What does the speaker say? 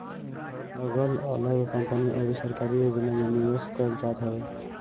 अगल अलग कंपनी अउरी सरकारी योजना में निवेश कईल जात हवे